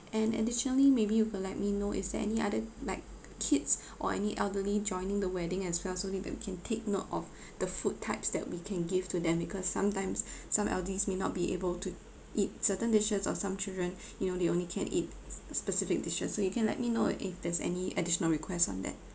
and additionally maybe you could let me know is there any other like kids or any elderly joining the wedding as well so I think that we can take note of the food types that we can give to them because sometimes some elderlies may not be able to eat certain dishes or some children you know they only can eat specific dishes so you can let me know if there's any additional requests on that